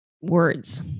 words